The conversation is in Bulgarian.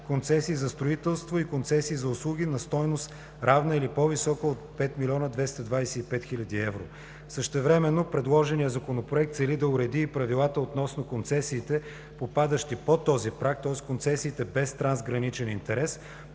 концесии за строителство и концесии за услуги на стойност равна или по-висока от 5 млн. 225 хил. евро. Същевременно, предложеният Законопроект цели да уреди и правилата относно концесиите, попадащи под този праг, тоест концесиите без трансграничен интерес,